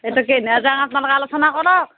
এইটো কি আপোনালোকে আলোচনা কৰক